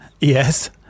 Yes